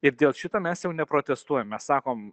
ir dėl šito mes jau neprotestuojam mes sakom